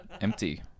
Empty